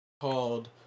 called